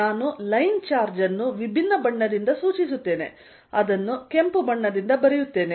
ನಾನು line charge ಅನ್ನು ವಿಭಿನ್ನ ಬಣ್ಣದಿಂದ ಸೂಚಿಸುತ್ತೇನೆ ಆದ್ದರಿಂದ ಅದನ್ನು ಕೆಂಪು ಬಣ್ಣದಿಂದ ಬರೆಯುತ್ತೇನೆ